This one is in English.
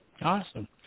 Awesome